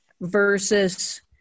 versus